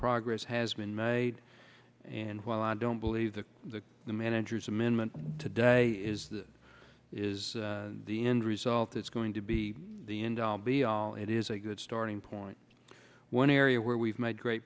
progress has been made and while i don't believe that the the manager's amendment today is this is the end result it's going to be the end all be all it is a good starting point one area where we've made great